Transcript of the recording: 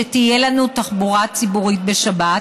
שתהיה לנו תחבורה ציבורית בשבת.